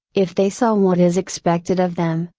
if they saw what is expected of them,